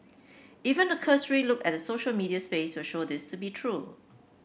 even a cursory look at the social media space will show this to be true